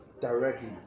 directly